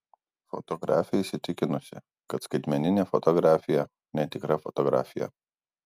fotografė įsitikinusi kad skaitmeninė fotografija netikra fotografija